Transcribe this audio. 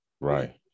right